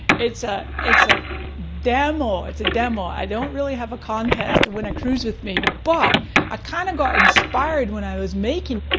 it's a it's a demo, it's a demo. i don't really have a contest to win a cruise with me but i kind of got inspired when i was making,